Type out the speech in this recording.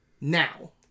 now